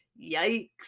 Yikes